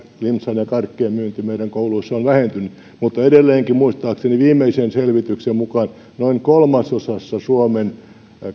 limsan ja karkkien myynti meidän kouluissa on vähentynyt mutta edelleenkin muistaakseni viimeisen selvityksen mukaan noin kolmasosassa suomen